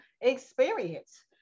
experience